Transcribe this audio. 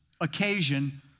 occasion